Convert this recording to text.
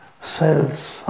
cells